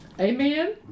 Amen